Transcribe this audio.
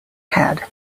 had